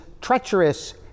treacherous